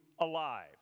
alive